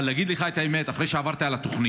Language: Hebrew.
אבל אני אגיד לך את האמת, אחרי שעברתי על התוכנית,